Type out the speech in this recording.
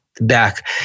back